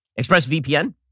ExpressVPN